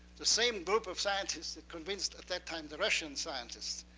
the same group of scientists that convinced, at that time the russian scientists,